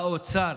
האוצר,